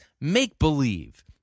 make-believe